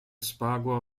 spago